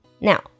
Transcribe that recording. Now